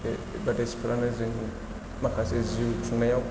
बे एडभार्टाइजफ्रानो जोंनि माखासे जिउ खुंनायाव